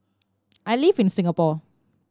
I live in Singapore